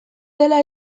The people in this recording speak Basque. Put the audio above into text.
dela